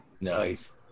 Nice